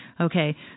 okay